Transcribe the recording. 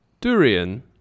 durian